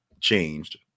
changed